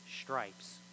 stripes